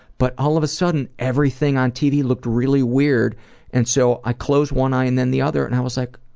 but all of the sudden everything on tv looked really weird and so i closed one eye and then the other and i was like,